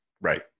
right